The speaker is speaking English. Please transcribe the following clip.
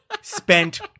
spent